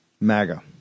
MAGA